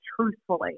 truthfully